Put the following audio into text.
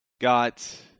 got